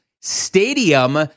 stadium